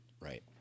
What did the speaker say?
Right